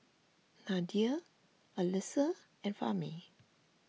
Nadia Alyssa and Fahmi